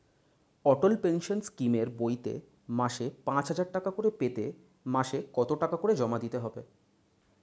অটল pension স্কিমের বইতে মাসে পাঁচ হাজার টাকা করে পেতে মাসে কত টাকা করে জমা দিতে হবে?